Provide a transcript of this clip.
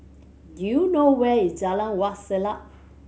do you know where is Jalan Wak Selat